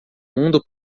mundo